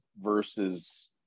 versus